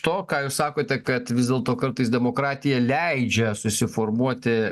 to ką jūs sakote kad vis dėlto kartais demokratija leidžia susiformuoti